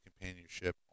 companionship